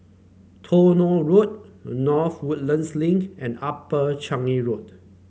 Tronoh Road North Woodlands Link and Upper Ring Road